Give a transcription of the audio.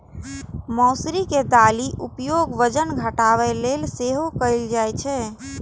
मौसरी के दालिक उपयोग वजन घटाबै लेल सेहो कैल जाइ छै